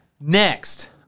next